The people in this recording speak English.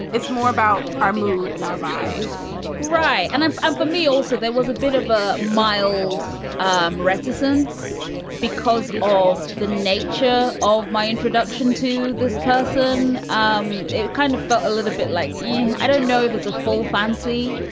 it's more about our mood and our vibe right. and i'm for me also, there was a bit of a mild um reticence because of the nature of my introduction to this person. um it kind of felt a little bit like me. yeah i don't know if it's a full fantasy.